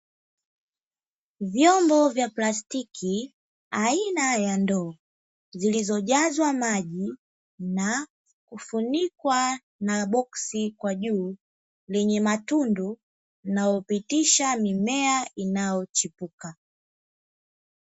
Vyombo vya plastiki aina ya ndoo zilizojazwa maji na kufunikwa na boksi kwa juu lenye matundu linalopitisha mimea inayochipuka.